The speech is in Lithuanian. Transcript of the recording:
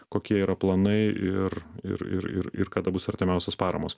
kokie yra planai ir ir ir ir ir kada bus artimiausios paramos